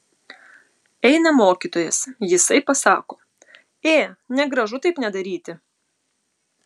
eina mokytojas jisai pasako ė negražu taip nedaryti